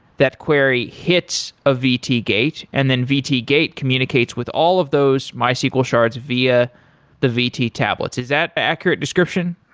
that query hits a vt gate, and then vt gate communicates with all of those mysql shards via the vt tablets. is that an accurate description?